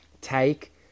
take